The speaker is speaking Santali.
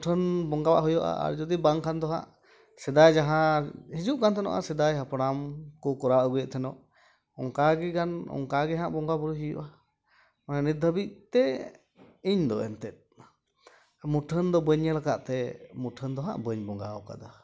ᱢᱩᱴᱷᱟᱱ ᱵᱚᱸᱜᱟᱣᱟᱜ ᱦᱩᱭᱩᱜᱼᱟ ᱟᱨ ᱡᱩᱫᱤ ᱵᱟᱝ ᱠᱷᱟᱱ ᱫᱚ ᱦᱟᱸᱜ ᱥᱮᱫᱟᱭ ᱡᱟᱦᱟᱸ ᱦᱤᱡᱩᱜ ᱠᱟᱱ ᱛᱟᱦᱮᱱᱚᱜᱼᱟ ᱥᱮᱫᱟᱭ ᱦᱟᱯᱲᱟᱢ ᱠᱚ ᱠᱚᱨᱟᱣ ᱟᱹᱜᱩᱭᱮᱫ ᱛᱟᱦᱮᱱᱚᱜ ᱚᱱᱠᱟᱜᱮ ᱜᱟᱱ ᱚᱱᱠᱟᱜᱮ ᱦᱟᱸᱜ ᱵᱚᱸᱜᱟ ᱵᱩᱨᱩᱭ ᱦᱩᱭᱩᱜᱼᱟ ᱢᱟᱱᱮ ᱱᱤᱛ ᱫᱷᱟᱹᱵᱤᱡ ᱛᱮ ᱤᱧ ᱫᱚ ᱮᱱᱛᱮᱫ ᱢᱩᱴᱷᱟᱹᱱ ᱫᱚ ᱵᱟᱹᱧ ᱧᱮᱞ ᱠᱟᱫ ᱛᱮ ᱢᱩᱴᱷᱟᱹᱱ ᱫᱚ ᱦᱟᱸᱜ ᱵᱟᱹᱧ ᱵᱟᱸᱜᱟᱣ ᱠᱟᱫᱟ